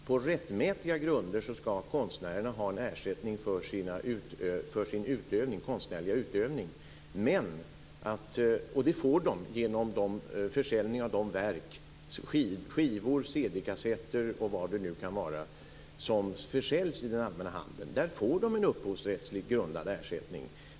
Herr talman! Vi för inte en kulturfientlig politik. Vi menar att konstnärerna på rättmätiga grunder skall ha en ersättning för sin konstnärliga utövning. Och det får de genom försäljning av de verk, skivor, CD kassetter och vad det nu kan vara, som försäljs i den allmänna handeln. Där får de en upphovsrättsligt grundad ersättning.